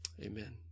Amen